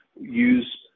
use